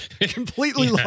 completely